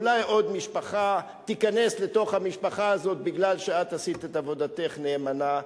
ואולי עוד משפחה תיכנס לתוך המשפחה הזאת בגלל שאת עשית את עבודתך נאמנה.